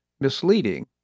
misleading